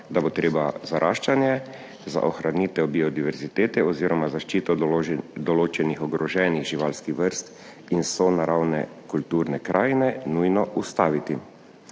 da bo treba zaraščanje za ohranitev biodiverzitete oziroma zaščito določenih ogroženih živalskih vrst in sonaravne kulturne krajine nujno ustaviti.